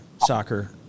soccer